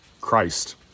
Christ